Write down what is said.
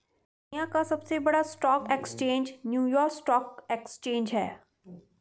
दुनिया का सबसे बड़ा stock exchange New York stock exchange है